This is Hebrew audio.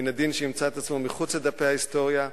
מן הדין שימצא את עצמו מחוץ לדפי ההיסטוריה.